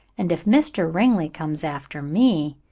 and if mr. ringley comes after me,